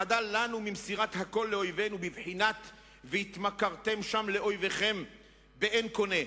חדל לנו ממסירת הכול לאויבינו בבחינת והתמכרתם שם לאויביכם ואין קונה.